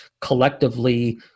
collectively